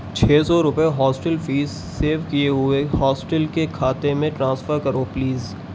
چھ سو روپئے ہاسٹل فیس سیو کیے ہوئے ہاسٹل کے کھاتے میں ٹرانسفر کرو پلیز